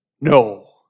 No